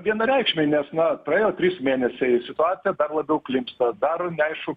vienareikšmiai nes na praėjo trys mėnesiai situacija dar labiau klimpsta daro neaišku